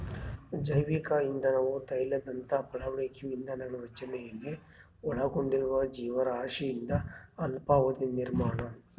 ಜೈವಿಕ ಇಂಧನವು ತೈಲದಂತಹ ಪಳೆಯುಳಿಕೆ ಇಂಧನಗಳ ರಚನೆಯಲ್ಲಿ ಒಳಗೊಂಡಿರುವ ಜೀವರಾಶಿಯಿಂದ ಅಲ್ಪಾವಧಿಯ ನಿರ್ಮಾಣ